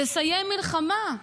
לסיים מלחמה.